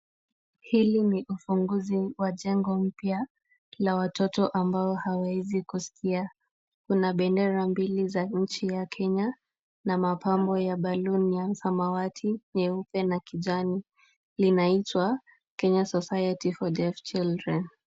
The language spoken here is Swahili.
Hili ni ufunguzi wa jengo mpya la watoto ambao hawawezi kusikia. Kuna bendera mbili za nchi ya Kenya na mapambo ya baluni ya samawati, nyeupe na kijani. Linaitwa Kenya Society for Deaf Children .